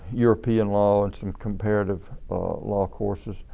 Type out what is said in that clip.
european law and some comparative law courses